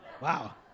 Wow